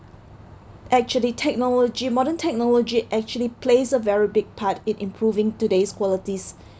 actually technology modern technology actually plays a very big part in improving today's qualities